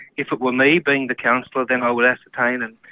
if it were me being the counsellor then i would ah kind of and